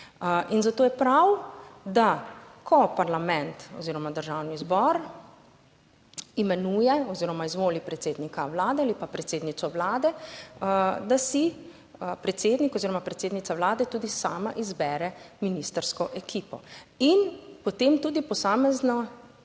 zato je prav, da ko parlament oziroma Državni zbor imenuje oziroma izvoli predsednika Vlade ali pa predsednico Vlade, da si predsednik oziroma predsednica Vlade tudi sama izbere ministrsko ekipo in potem tudi posamezna,